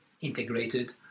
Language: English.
integrated